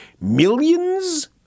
millions